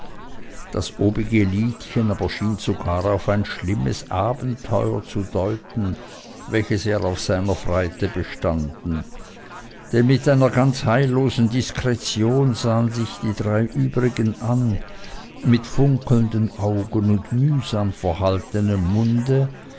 das obige liedchen aber schien sogar auf ein schlimmes abenteuer zu deuten welches er auf seiner freite bestanden denn mit einer ganz heillosen diskretion sahen sich die drei übrigen an mit funkelnden augen und mühsam verhaltenem munde